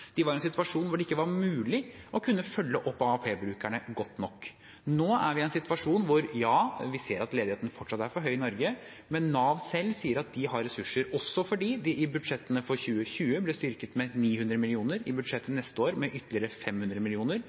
De var i en situasjon hvor det ikke var mulig å kunne følge opp AAP-brukerne godt nok. Nå er vi i en situasjon hvor vi ser at ledigheten fortsatt er for høy i Norge, men hvor Nav selv sier at de har ressurser – også fordi de i budsjettene for 2020 ble styrket med 900 mill. kr, i budsjettet til neste år med ytterligere 500